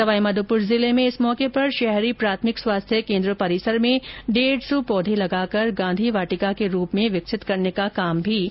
सवाईमाधोपुर जिले में इस मौके पर शहरी प्राथमिक स्वास्थ्य केन्द्र परिसर में डेढ सौ पौधे लगाकर गांधी वाटिका के रूप में विकसित करने का काम भी शुरू हुआ